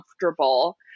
comfortable